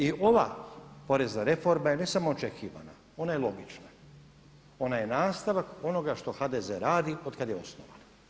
I ova porezna reforma je ne samo očekivana, ona je logična, ona je nastavak onoga što HDZ radi od kada je osnovan.